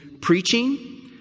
preaching